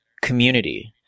community